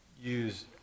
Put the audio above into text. use